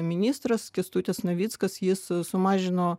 ministras kęstutis navickas jis sumažino